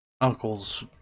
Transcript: uncle's